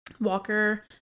Walker